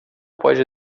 pode